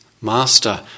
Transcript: master